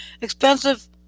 expensive